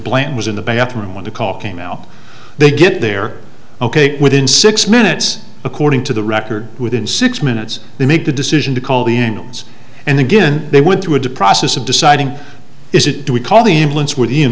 blunt was in the bathroom when the call came out they get there ok within six minutes according to the record within six minutes they make the decision to call the engines and again they went through a depressive deciding is it do we call the ambulance w